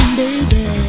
baby